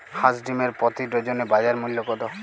হাঁস ডিমের প্রতি ডজনে বাজার মূল্য কত?